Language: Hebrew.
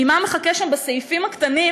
ממה שמחכה שם בסעיפים הקטנים,